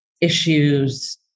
issues